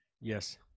Yes